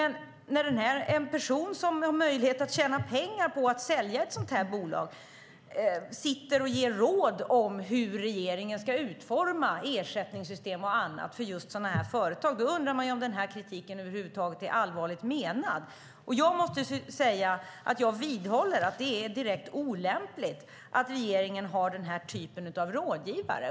När en person som har möjlighet att tjäna pengar på att sälja ett sådant här bolag ger råd om hur regeringen ska utforma ersättningssystem och annat för just sådana här företag undrar man om den här kritiken över huvud taget är allvarligt menad. Jag vidhåller att det är direkt olämpligt att regeringen har den här typen av rådgivare.